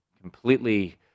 completely